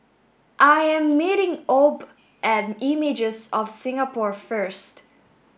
I am meeting Obe at Images of Singapore first